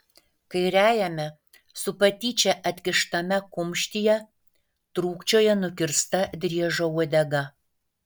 kairiajame su patyčia atkištame kumštyje trūkčioja nukirsta driežo uodega